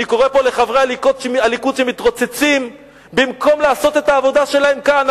אני קורא פה לחברי הליכוד שמתרוצצים במקום לעשות את העבודה שלהם כאן.